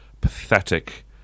pathetic